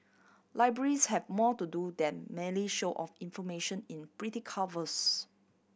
libraries have more to do than merely show off information in pretty covers